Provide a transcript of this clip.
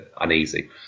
uneasy